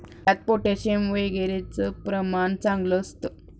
यात पोटॅशियम वगैरेचं प्रमाण चांगलं असतं